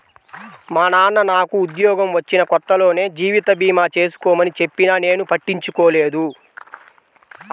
మా నాన్న నాకు ఉద్యోగం వచ్చిన కొత్తలోనే జీవిత భీమా చేసుకోమని చెప్పినా నేను పట్టించుకోలేదు